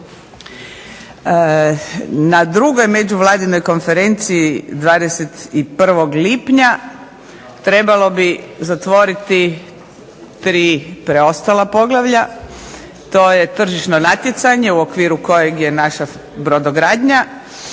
Na 2. Međuvladinoj konferenciji 21. lipnja trebalo bi zatvoriti 3 preostala poglavlja. To je Tržišno natjecanje u okviru kojeg je naša brodogradnja,